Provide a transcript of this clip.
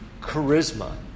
charisma